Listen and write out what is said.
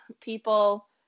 people